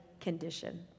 condition